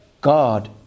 God